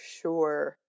sure